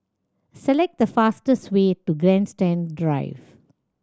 select the fastest way to Grandstand Drive